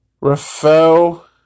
Rafael